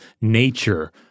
nature